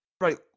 Right